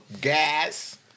gas